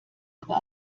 aber